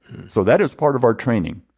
so that is part of our training.